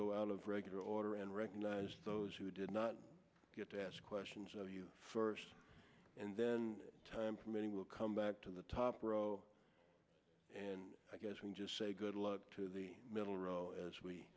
go out of regular order and recognize those who did not get to ask questions of you first and then time for many we'll come back to the top row and i guess we'll just say good luck to the middle row as we